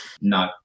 No